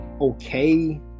okay